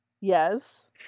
Yes